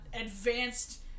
advanced